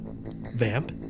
vamp